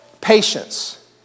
Patience